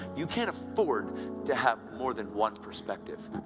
you can't afford to have more than one perspective.